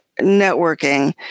networking